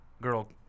girl